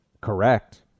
correct